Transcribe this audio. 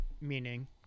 meaning